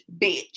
bitch